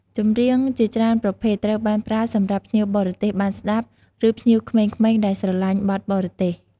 ចម្រៀងជាច្រើនប្រភេទត្រូវបានប្រើសម្រាប់ភ្ញៀវបរទេសបានស្តាប់ ឬភ្ញៀវក្មេងៗដែលស្រលាញ់បទបរទេស។